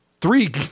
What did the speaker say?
three